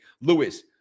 Lewis